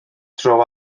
tro